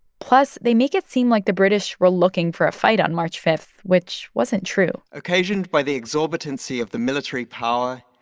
plus, they make it seem like the british were looking for a fight on march five, which wasn't true occasioned by the exorbitancy of the military power,